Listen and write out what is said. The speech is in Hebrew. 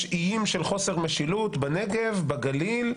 יש איים של חוסר משילות בנגב, בגליל.